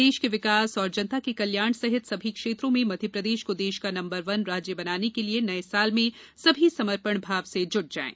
प्रदेश के विकास एवं जनता के कल्याण सहित सभी क्षेत्रों में मध्यप्रदेश को देश का नंबर वन राज्य बनाने के लिए नए साल में सभी समर्पण भाव से जुट जाएं